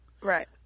Right